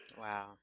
Wow